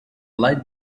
light